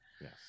yes